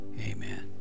Amen